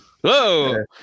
Whoa